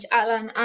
Alan